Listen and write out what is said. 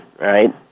right